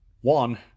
one